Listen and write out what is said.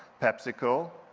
pepsico,